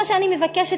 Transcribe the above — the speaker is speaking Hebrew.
מה שאני מבקשת,